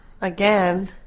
Again